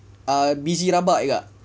err busy rabak juga